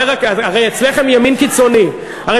הרי אצלךְ הם ימין קיצוני, העלבת אותו.